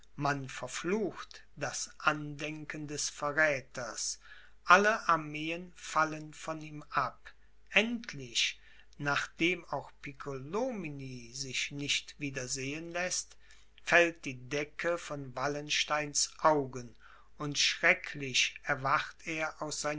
man verflucht das andenken des verräthers alle armeen fallen von ihm ab endlich nachdem auch piccolomini sich nicht wieder sehen läßt fällt die decke von wallensteins augen und schrecklich erwacht er aus